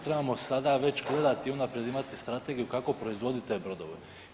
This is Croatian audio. Trebamo sada već gledati, unaprijed imati strategiju kako proizvodit te brodove.